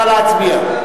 נא להצביע.